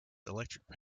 electrical